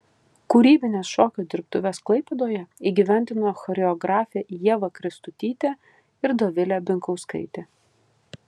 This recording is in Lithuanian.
kūrybines šokio dirbtuves klaipėdoje įgyvendino choreografė ieva kristutytė ir dovilė binkauskaitė